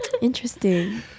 interesting